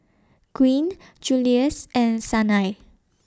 Gwyn Juluis and Sanai